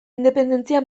independentzia